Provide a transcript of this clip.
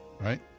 right